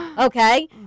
Okay